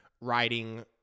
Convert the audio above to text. writing